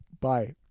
Bye